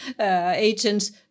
agents